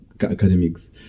academics